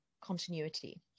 continuity